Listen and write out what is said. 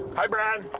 hi, brad.